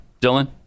Dylan